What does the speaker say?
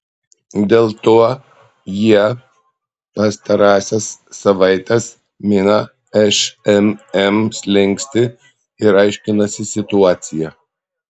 dėl to jie pastarąsias savaites mina šmm slenkstį ir aiškinasi situaciją